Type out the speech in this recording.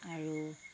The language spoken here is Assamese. আৰু